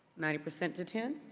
ninety percent to ten.